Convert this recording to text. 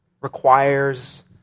requires